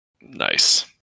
Nice